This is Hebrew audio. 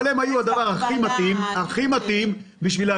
אבל הם היו הדבר הכי מתאים למשימה.